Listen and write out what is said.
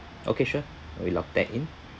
okay sure we lock that in